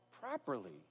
properly